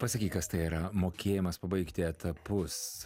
pasakyk kas tai yra mokėjimas pabaigti etapus